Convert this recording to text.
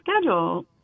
schedule